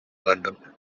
london